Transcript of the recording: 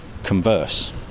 converse